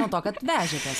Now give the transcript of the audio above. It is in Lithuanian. dėl to kad vežėtės